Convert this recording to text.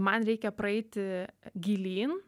man reikia praeiti gilyn